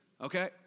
Okay